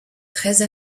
treize